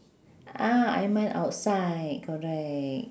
ah aiman outside correct